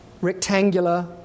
rectangular